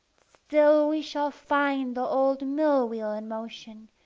still we shall find the old mill wheel in motion,